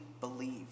believe